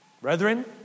Brethren